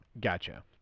Gotcha